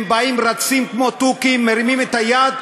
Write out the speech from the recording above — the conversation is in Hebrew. הם באים, רצים, כמו תוכים, מרימים את היד.